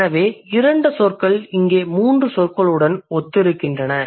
எனவே இரண்டு சொற்கள் இங்கே மூன்று சொற்களுடன் ஒத்திருக்கின்றன